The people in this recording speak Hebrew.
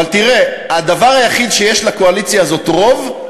אבל תראה, הדבר היחיד שיש בו לקואליציה הזאת רוב,